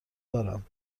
دارم